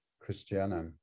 christiana